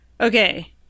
Okay